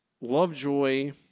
Lovejoy